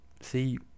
see